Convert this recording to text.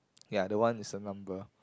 ya the one is a number